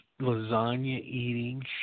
lasagna-eating